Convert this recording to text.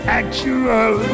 actual